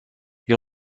ils